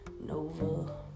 Nova